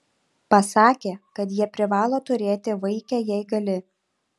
pasakė kad jie privalo turėti vaikę jei gali